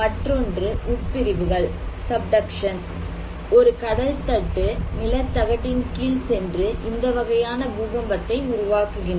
மற்றொன்று உட்பிரிவுகள் ஒரு கடல் தட்டு நிலத் தகட்டின் கீழ் சென்று இந்த வகையான பூகம்பத்தை உருவாக்குகின்றன